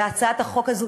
והצעת החוק הזאת,